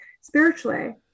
spiritually